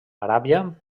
aràbia